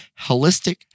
holistic